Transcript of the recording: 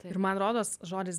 ir man rodos žodis